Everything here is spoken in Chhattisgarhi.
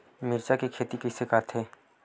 मिरचा के खेती कइसे करथे?